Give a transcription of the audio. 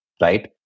right